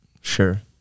Sure